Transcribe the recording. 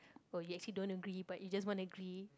oh you actually don't agree but you just want agree